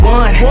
one